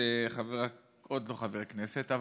עוד לא חברי כנסת,